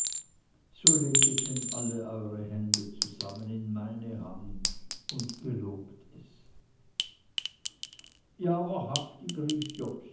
so leget denn alle eure hände zusammen in meine hand und gelobt es ja wahrhaftig rief